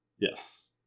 Yes